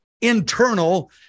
internal